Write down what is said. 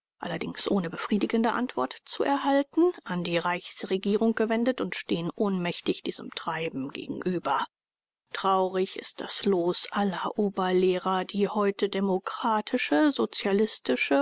allerdings ohne befriedigende antwort zu erhalten an die reichsregierung gewendet und stehen ohnmächtig diesem treiben gegenüber traurig ist das los aller oberlehrer die heute demokratische sozialistische